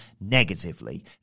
negatively